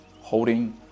Holding